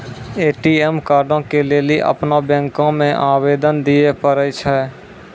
ATM कार्डो के लेली अपनो बैंको मे आवेदन दिये पड़ै छै